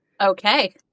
Okay